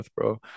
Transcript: bro